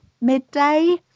midday